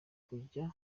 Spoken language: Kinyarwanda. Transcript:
kujya